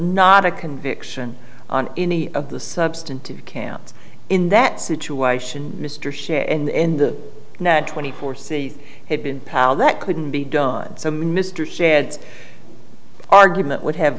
not a conviction on any of the substantive camps in that situation mr share and the net twenty four c had been pal that couldn't be done so mr stands argument would have